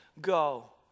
go